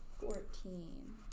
Fourteen